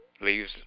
leaves